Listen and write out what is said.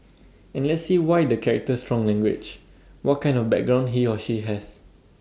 and let's see why the character strong language what kind of background he or she has